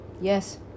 Yes